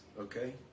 Okay